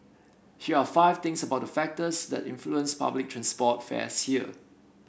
here are five things about factors that influence public transport fares here